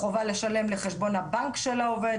החובה לשלם לחשבון הבנק של העובד,